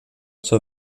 zur